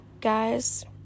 Guys